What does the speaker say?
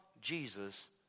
Jesus